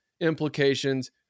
implications